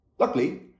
Luckily